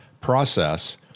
process